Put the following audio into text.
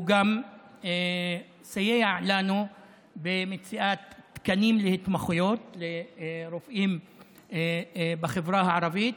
הוא סייע לנו במציאת תקנים להתמחויות לרופאים בחברה הערבית,